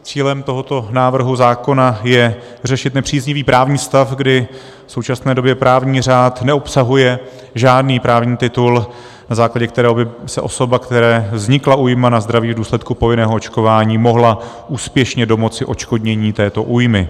Cílem tohoto návrhu zákona je řešit nepříznivý právní stav, kdy v současné době právní řád neobsahuje žádný právní titul, na základě kterého by se osoba, které vznikla újma na zdraví v důsledku povinného očkování, mohla úspěšně domoci odškodnění této újmy.